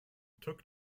took